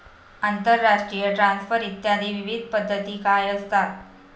आंतरराष्ट्रीय ट्रान्सफर इत्यादी विविध पद्धती काय असतात?